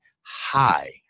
hi